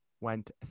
went